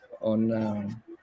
on